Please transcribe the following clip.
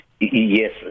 Yes